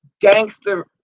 gangster